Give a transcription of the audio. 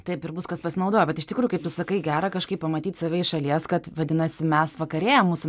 taip ir bus kas pasinaudojo bet iš tikrųjų kaip tu sakai gera kažkaip pamatyt save iš šalies kad vadinasi mes vakarėja mūsų